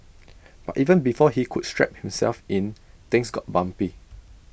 but even before he could strap himself in things got bumpy